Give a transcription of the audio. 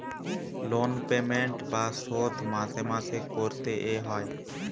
loan payment বা শোধ মাসে মাসে করতে এ হয়